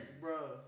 Bro